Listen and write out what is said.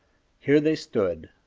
here they stood,